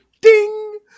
ding